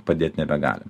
padėt nebegalim